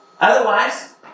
Otherwise